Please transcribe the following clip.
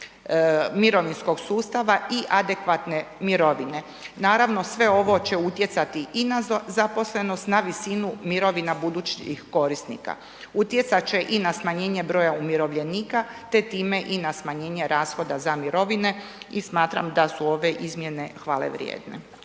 mirovinskog sustava i adekvatne mirovine. Naravno, sve ovo će utjecati i na zaposlenost, na visinu mirovina budućih korisnika. Utjecat će i na smanjenje broja umirovljenika te time i na smanjenje rashoda za mirovine i smatram da su ove izmjene hvale vrijedne.